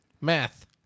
Math